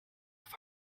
auf